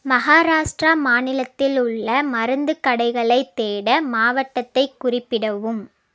மகாராஷ்டிரா மாநிலத்தில் உள்ள மருந்துக் கடைகளை தேட மாவட்டத்தை குறிப்பிடவும்